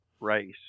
race